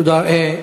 תודה.